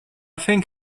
think